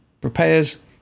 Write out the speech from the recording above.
prepares